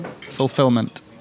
Fulfillment